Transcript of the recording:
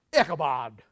Ichabod